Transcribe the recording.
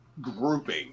grouping